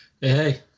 Hey